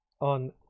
On